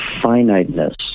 finiteness